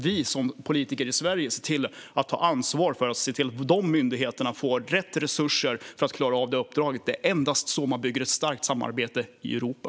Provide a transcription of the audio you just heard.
Vi som politiker i Sverige måste ta ansvar för att se till att de myndigheterna får rätt resurser för att klara av det uppdraget. Det är endast på det sättet man bygger ett starkt samarbete i Europa.